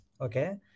okay